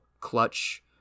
clutch